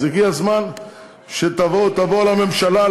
אז הגיע הזמן שתבואו לממשלה,